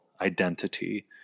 identity